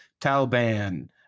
Taliban